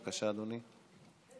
בבקשה, אדוני.